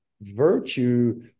virtue